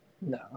No